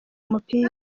umupira